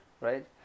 right